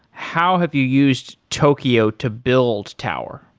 how have you used tokio to build tower?